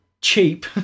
cheap